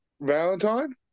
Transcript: Valentine